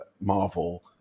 Marvel